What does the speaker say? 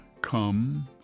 come